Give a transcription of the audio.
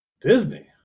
Disney